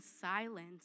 silence